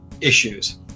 issues